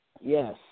Yes